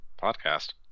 Podcast